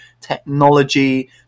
technology